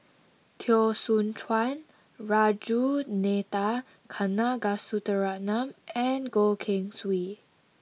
Teo Soon Chuan Ragunathar Kanagasuntheram and Goh Keng Swee